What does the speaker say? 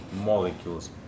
molecules